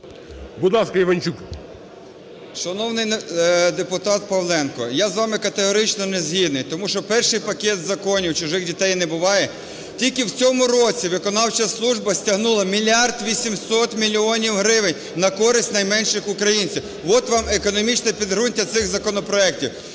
ІВАНЧУК А.В. Шановний депутат Павленко, я з вами категорично не згідний, тому що перший пакет законів "Чужих дітей не буває", тільки в цьому році виконавча служба стягнула 1 мільярд 800 мільйонів гривень на користь найменших українців. От вам економічне підґрунтя цих законопроектів.